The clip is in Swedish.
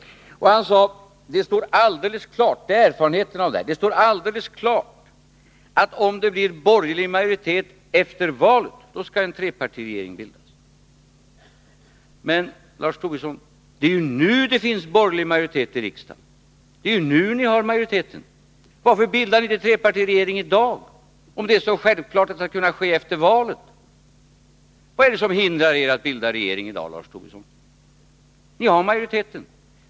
Lars Tobisson sade att det står alldeles klart att om det blir borgerlig majoritet efter valet, skall en trepartiregering bildas. Men, Lars Tobisson, det är ju nu det finns borgerlig majoritet i riksdagen. Varför bildar ni inte en trepartiregering i dag, om det är så självklart att det skall kunna ske efter valet? Vad är det som hindrar er att bilda regering i dag, Lars Tobisson? Ni har majoriteten.